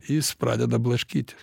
jis pradeda blaškytis